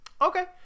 Okay